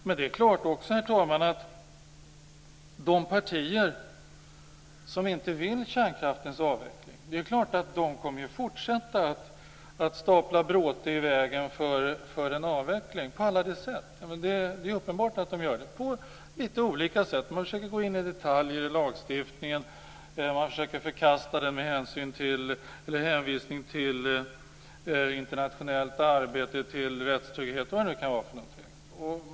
Men det är också klart, herr talman, att de partier som inte vill kärnkraftens avveckling kommer att fortsätta att stapla bråte i vägen för en avveckling på alla sätt. Det är uppenbart. Det sker på litet olika sätt. Man försöker gå in på detaljer i lagstiftningen. Man försöker förkasta det med hänvisning till det internationella arbetet, rättstryggheten och vad det nu vara.